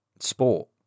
sport